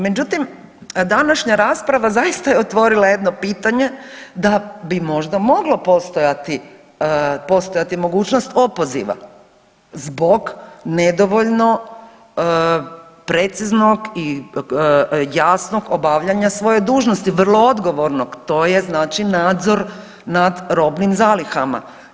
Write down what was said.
Međutim, današnja rasprava zaista je otvorila jedno pitanje da bi možda moglo postojati mogućnost opoziva zbog nedovoljno preciznog i jasnog obavljanja svoje dužnosti vrlo odgovornog, to je znači nadzor nad robnim zalihama.